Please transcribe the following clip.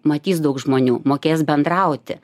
matys daug žmonių mokės bendrauti